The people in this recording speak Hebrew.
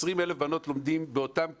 20,000 הבנות לומדות באותן כיתות,